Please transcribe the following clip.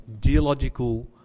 geological